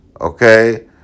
okay